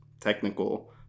technical